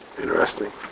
Interesting